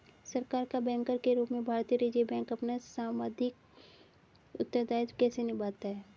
सरकार का बैंकर के रूप में भारतीय रिज़र्व बैंक अपना सांविधिक उत्तरदायित्व कैसे निभाता है?